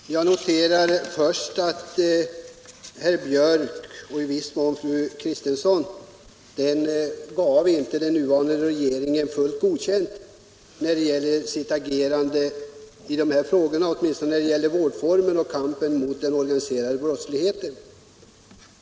Herr talman! Jag noterar först att herr Biörck i Värmdö och i viss mån även fru Kristensson inte gav den nuvarande regeringen fullt godkänt för dess agerande i dessa frågor, i varje fall inte när det gäller vårdformerna och kampen mot den organiserade brottsligheten.